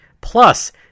Plus